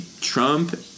Trump